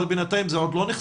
אבל בינתיים זה לא עוד נחשף?